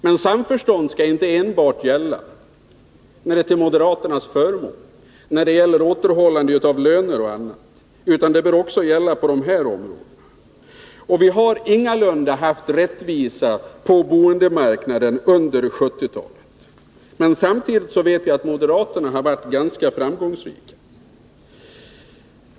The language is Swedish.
Men samförståndet skall inte gälla enbart när det är till moderaternas förmån, när det gäller återhållande av löner och annat, utan det bör också gälla på de här områdena. Vi har ingalunda haft rättvisa på boendemarknaden på 1970-talet. Men samtidigt vet vi att moderaterna har varit ganska framgångsrika.